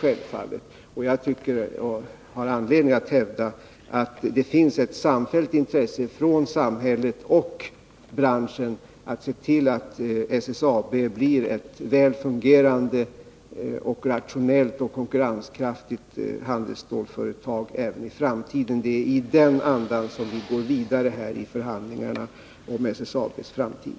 Jag har anledning att hävda att samhället och branschen har ett samfällt intresse av att se till att SSAB blir ett väl fungerande, rationellt och konkurrenskraftigt handelsstålsföretag även i framtiden. Det är i den andan som vi går vidare i förhandlingarna om SSAB:s framtid.